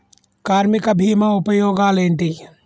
కార్మిక బీమా ఉపయోగాలేంటి?